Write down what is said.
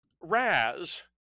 Raz